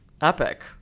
epic